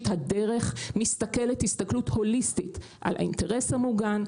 הדרך מסתכלת הסתכלות הוליסטית על האינטרס המוגן,